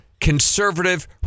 conservative